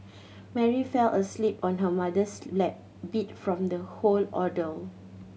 Mary fell asleep on her mother's lap beat from the whole ordeal